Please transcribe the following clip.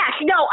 no